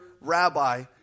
rabbi